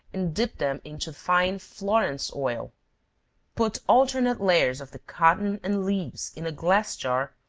and dip them into fine florence oil put alternate layers of the cotton and leaves in a glass jar,